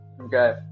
Okay